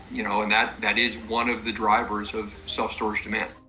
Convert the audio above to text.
you know, and that that is one of the drivers of self-storage demand.